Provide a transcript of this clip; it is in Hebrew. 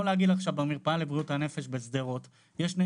אני יכול להגיד לך שבמרפאה לבריאות הנפש בשדרות צמצמו,